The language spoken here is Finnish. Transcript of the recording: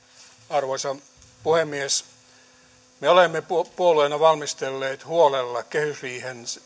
arvoisa puhemies me olemme puolueena valmistelleet huolella kehysriiheen